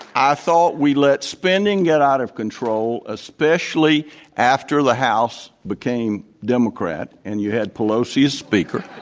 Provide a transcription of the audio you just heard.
i thought we let spending get out of control, especially after the house became democrat and you had pelosi as speaker.